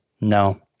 No